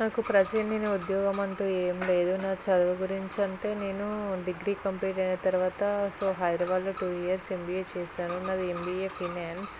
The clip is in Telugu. నాకు ప్రసెంట్ నేను ఉద్యోగం అంటూ ఏమి లేదు నా చదువు గురించి అంటే నేను డిగ్రీ కంప్లీట్ అయిన తర్వాత సో హైదరాబాదులో టూ ఇయర్స్ ఎంబీఏ చేశాను నాది ఎంబీఏ ఫినాన్స్